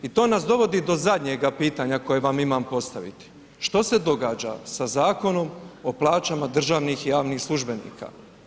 I to nas dovodi do zadnjega pitanja koje vam imam postaviti, što se događa sa Zakonom o plaćama državnih i javnih službenika?